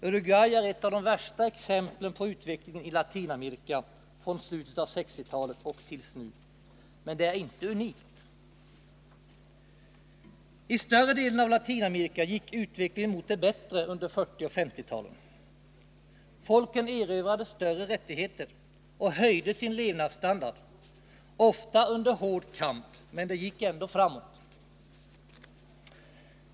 Uruguay är ett av de värsta exemplen på utvecklingen i Latinamerika från slutet av 1960-talet och tills nu, men det är inte unikt. I större delen av Latinamerika gick utvecklingen mot det bättre under 1940 och 1950-talen. Folken erövrade större rättigheter och höjde sin levnadsstandard, ofta under hård kamp, men det gick ändå framåt.